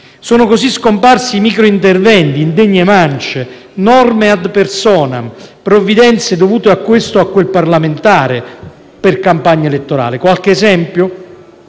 Sono così scomparsi microinterventi, indegne mance, norme *ad personam*, provvidenze dovute a questo o a quel parlamentare per campagna elettorale. Qualche esempio?